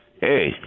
Hey